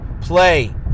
play